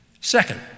Second